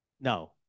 No